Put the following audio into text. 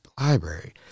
library